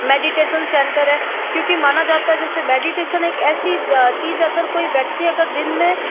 meditation centre है क्योंकि माना जाता है जेसे मेडिटेशन एक ऐसी चीज़ अगर कोई व्यक्ति अगर दिन में